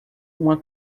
uma